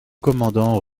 commandant